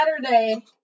Saturday